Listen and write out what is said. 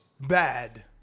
bad